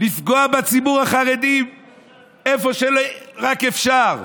לפגוע בציבור החרדי איפה שרק אפשר,